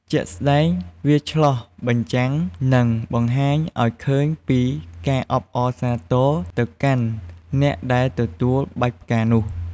ជាក់ស្ដែង វាឆ្លុះបញ្ចាំង និងបង្ហាញឱ្យឃើញពីការអបអរសាទរទៅកាន់អ្នកដែលទទួលបាច់ផ្កានោះ។